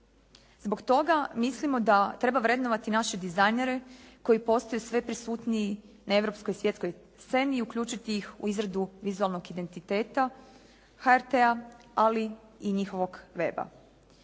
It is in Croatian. Zbog toga mislimo da treba vrednovati naše dizajnere koji postaju sve prisutniji na europskoj svjetskoj sceni i uključiti ih u izradu vizualnog identiteta HRT-a ali i njihovog web-a.